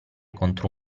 contro